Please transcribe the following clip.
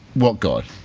what god?